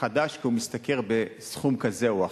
חדש כי הוא משתכר סכום כזה או אחר.